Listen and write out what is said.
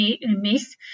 miss